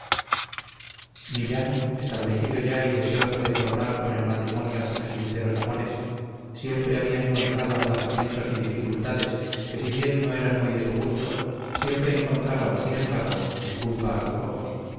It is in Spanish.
millán establecido ya y deseoso de coronar con el matrimonio sus sinceros amores siempre había encontrado aplazamientos y dificultades que si bien no eran muy de su gusto siempre encontraban sin embargo disculpa a sus ojos